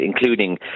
including